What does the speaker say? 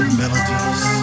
melodies